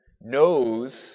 knows